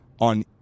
on